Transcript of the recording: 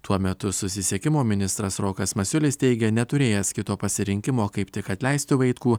tuo metu susisiekimo ministras rokas masiulis teigia neturėjęs kito pasirinkimo kaip tik atleisti vaitkų